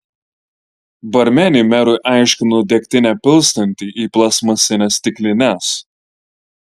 barmenė merui aiškino degtinę pilstanti į plastmasines stiklines